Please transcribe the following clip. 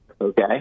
Okay